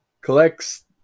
Collects